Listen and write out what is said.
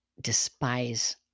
despise